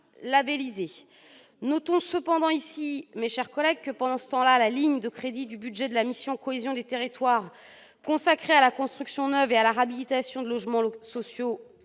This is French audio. labellisés. Notons cependant ici, mes chers collègues, que pendant ce temps la ligne de crédit du budget de la mission « Cohésion des territoires », consacrée à la construction neuve et à la réhabilitation de logements locatifs